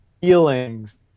feelings